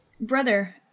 Brother